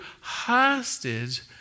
hostage